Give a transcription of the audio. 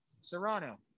Serrano